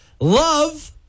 love